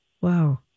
Wow